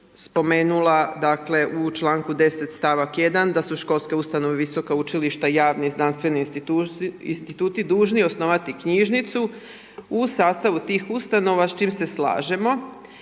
spomenula dakle u članku 10. stavak 1. da su školske ustanove i visoka učilišta i javni, znanstveni instituti dužni osnovati knjižnicu u sastavu tih ustanova s čime se slažemo.